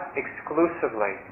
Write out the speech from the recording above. exclusively